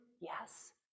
yes